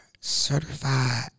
certified